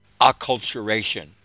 acculturation